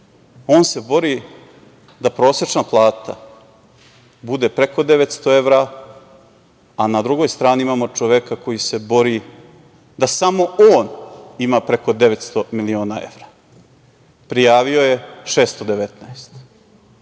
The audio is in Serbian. on se bori da prosečna plata bude preko 900 evra, a na drugoj strani imamo čoveka koji se bori da samo on ima preko 900 miliona evra. Prijavio je 619.